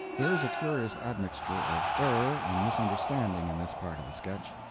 there is a curious admixture of error and misunderstanding in this part of the sketch.